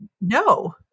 No